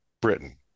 Britain